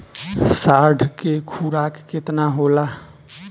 साढ़ के खुराक केतना होला?